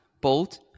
bold